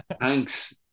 Thanks